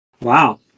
wow